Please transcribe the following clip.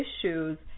issues